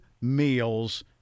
meals